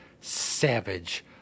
Savage